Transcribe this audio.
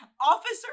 officer